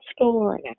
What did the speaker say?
store